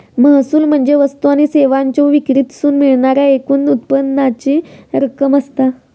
महसूल म्हणजे वस्तू आणि सेवांच्यो विक्रीतसून मिळणाऱ्या एकूण उत्पन्नाची रक्कम असता